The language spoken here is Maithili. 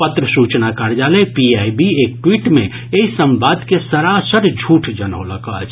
पत्र सूचना कार्यालय पी आई बी एक टवीट् मे एहि संवाद के सरासर झूठ जनौलक अछि